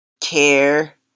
care